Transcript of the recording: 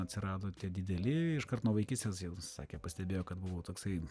atsirado tie dideli iškart nuo vaikystės sakė pastebėjo kad buvau toksai